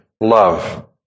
love